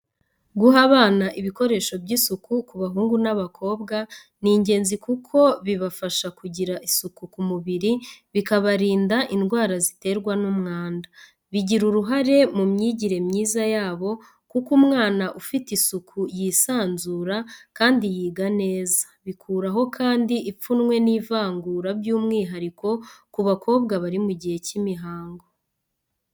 Guha abana ibikoresho by’isuku ku bahungu n’abakobwa, ni ingenzi kuko bibafasha kugira isuku ku mubiri, bikarinda indwara ziterwa n’umwanda, bigira uruhare mu myigire myiza yabo, kuko umwana ufite isuku yisanzura kandi yiga neza. Bikuraho kandi ipfunwe n’ivangura by’umwihariko ku bakobwa bari mu gihe cy’imihango.